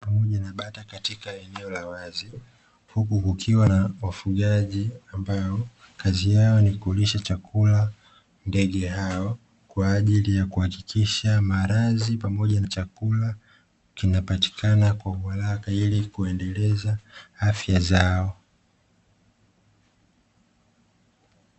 Pamoja na bata katika eneo la wazi, huku kukiwa na wafugaji ambao kazi yao ni kulisha chakula ndege hao kwa ajili ya kuhakikisha malazi pamoja na chakula kinapatikana kwa uharaka ilikuendeleza afya zao.